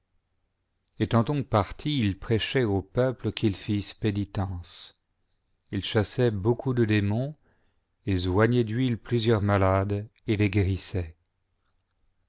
donc partis ils prêchaient aux peuples qu'ils fissent pénitence il chassait beaucoup de démons j ils oignaient d'huile plusieurs malades et les guérissaient